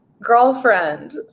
Girlfriend